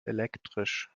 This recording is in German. elektrisch